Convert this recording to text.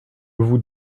vous